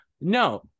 No